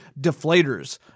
deflators